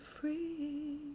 free